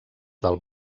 del